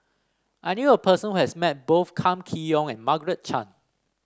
I knew a person who has met both Kam Kee Yong and Margaret Chan